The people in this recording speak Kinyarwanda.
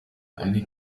ali